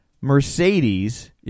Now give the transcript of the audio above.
Mercedes